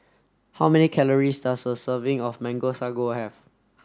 how many calories does a serving of mango sago have